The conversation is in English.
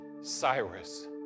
Cyrus